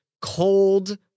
cold